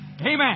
amen